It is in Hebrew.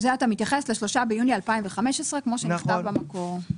אתה מתייחס ל-3 ביוני 2015, כמו שנכתב במקור.